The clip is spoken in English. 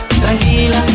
Tranquila